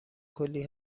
کلی